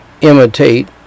imitate